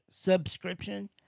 subscription